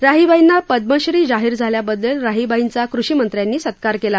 राहीबाईना पद्मश्री जाहीर झाल्याबद ल राहीबाईंचा कृषीमंत्र्यांनी सत्कार केला